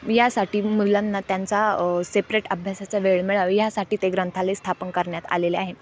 यासाठी मुलांना त्यांचा सेपरेट अभ्यासाचा वेळ मिळावा ह्यासाठी ते ग्रंथालय स्थापन करण्यात आलेले आहे